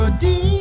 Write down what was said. deep